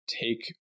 take